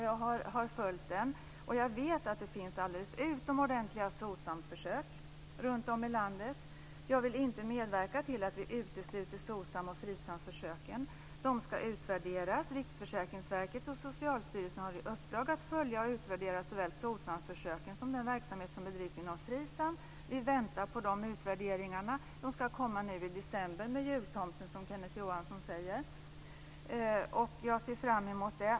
Jag har följt den, och jag vet att det finns alldeles utomordentliga Socsamförsök runtom i landet. Jag vill inte medverka till att vi utesluter Socsam och Frisamförsöken. De ska utvärderas. Riksförsäkringsverket och Socialstyrelsen har i uppdrag att följa och utvärdera såväl Socsamförsöken som den verksamhet som bedrivs inom Frisam. Vi väntar på dessa utvärderingar. De ska komma nu i december med jultomten, som Kenneth Johansson säger. Jag ser fram emot det.